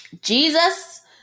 Jesus